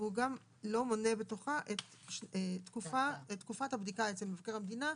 והוא גם לא מונה בתוכה את תקופת הבדיקה אצל מבקר המדינה,